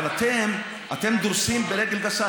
אבל אתם דורסים ברגל גסה,